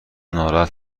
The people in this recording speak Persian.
ناراحت